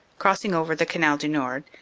crossing over the canal du nord,